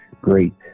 great